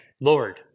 Lord